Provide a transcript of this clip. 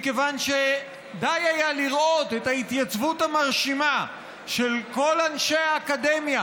מכיוון שדי היה לראות את ההתייצבות המרשימה של כל אנשי האקדמיה,